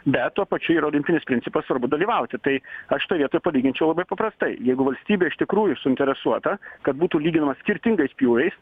bet tuo pačiu yra olimpinis principas svarbu dalyvauti tai aš toj vietoj palyginčiau labai paprastai jeigu valstybė iš tikrųjų suinteresuota kad būtų lyginama skirtingais pjūviais